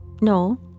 No